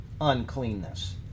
uncleanness